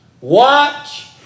Watch